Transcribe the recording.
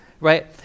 right